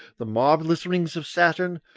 the marvellous rings of saturn,